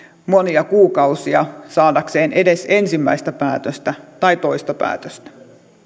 monia kuukausia saadakseen edes ensimmäistä päätöstä tai toista päätöstä